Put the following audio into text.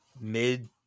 mid